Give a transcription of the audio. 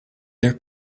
their